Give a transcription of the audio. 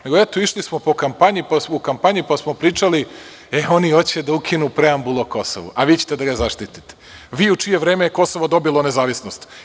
Nego, eto, išli smo u kampanji pa smo pričali, e oni hoće da ukinu preambulu o Kosovu, a vi ćete da ga zaštitite, vi u čije je vreme Kosovo dobilo nezavisnost.